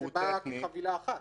זה בא בחבילה אחת.